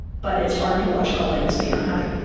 but it's hard to watch colleagues be unhappy.